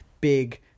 big